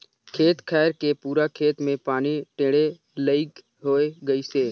खेत खायर के पूरा खेत मे पानी टेंड़े लईक होए गइसे